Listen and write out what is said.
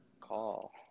call